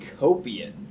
Copian